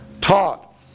taught